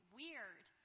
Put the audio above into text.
weird